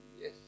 Yes